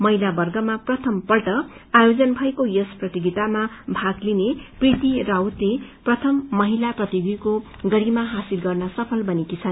महिला वर्गमा प्रथमपल्ट आयोजन भएको यस प्रतियोगितामा भग लिने प्रीति राउतले प्रथम महिला प्रतियोगीको गरिमा हासिल गर्न सफल बनेकी छन्